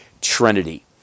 Trinity